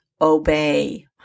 Obey